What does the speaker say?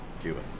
Cuba